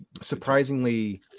surprisingly